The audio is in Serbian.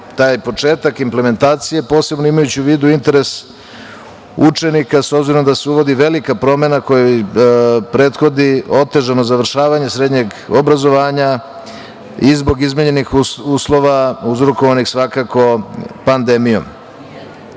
taj početak implementacije, posebno imajući u vidu interes učenika, s obzirom na to da se uvodi velika promena kojoj prethodi otežano završavanje srednjeg obrazovanja i zbog izmenjenih uslova uzrokovanih svakako pandemijom.U